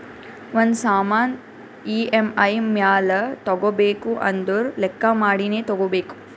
ಒಂದ್ ಸಾಮಾನ್ ಇ.ಎಮ್.ಐ ಮ್ಯಾಲ ತಗೋಬೇಕು ಅಂದುರ್ ಲೆಕ್ಕಾ ಮಾಡಿನೇ ತಗೋಬೇಕು